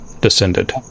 descended